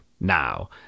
now